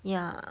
ya